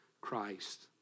Christ